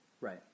Right